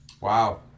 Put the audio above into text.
wow